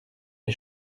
les